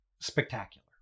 spectacular